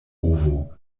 ovo